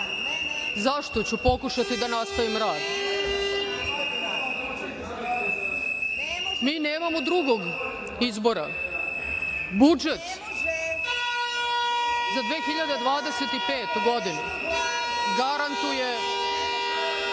zašto ću pokušati da nastavim rad. Mi nemamo drugog izbora. Budžet za 2025. godinu garantuje